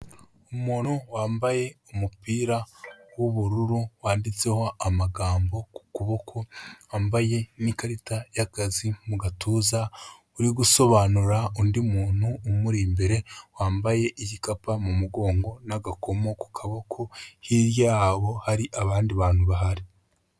Umuntu wambaye umupira w'ubururu wanditseho amagambo ku kuboko, wambaye n'ikarita y'akazi mu gatuza, uri gusobanura undi muntu umuri imbere, wambaye igikapu mu mugongo n'agakomo ku kaboko, hirya yabo hari abandi bantu bahari.